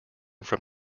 from